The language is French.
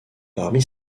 parmi